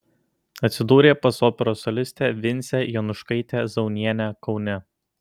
atsidūrė pas operos solistę vincę jonuškaitę zaunienę kaune